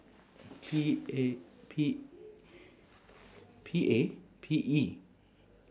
P A P P A P E